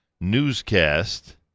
newscast